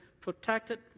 protected